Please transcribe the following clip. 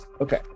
okay